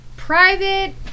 private